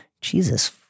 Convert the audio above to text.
Jesus